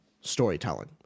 storytelling